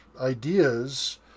ideas